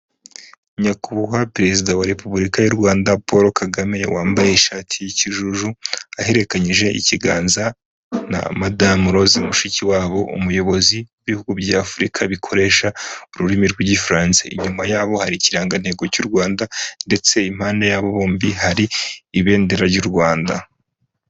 Nyakubahwa perezida wa Repubulika y'u Rwanda Paul Kagame wambaye ishati y'ikijuju ahererekanyije ikiganza na madamu Louse Mushikiwabo, umuyobozi w'ibihugu bya Afurika bikoresha ururimi rw'igifaransa, inyuma yabo hari ikirangantego cy'u Rwanda ndetse impande yabo bombi hari ibendera ry'u Rwanda.